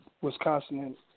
Wisconsin